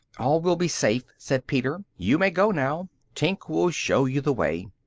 all will be safe, said peter. you may go now! tink will show you the way,